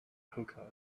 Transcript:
hookahs